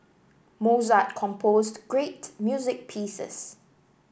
Mozart composed great music pieces